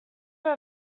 were